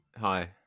Hi